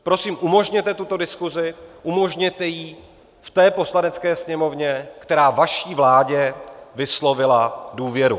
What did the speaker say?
Prosím umožněte tuto diskuzi, umožněte ji v té Poslanecké sněmovně, která vaší vládě vyslovila důvěru.